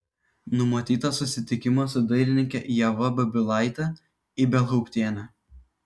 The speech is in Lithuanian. numatytas susitikimas su dailininke ieva babilaite ibelhauptiene